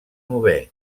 novè